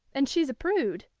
and she's a prude,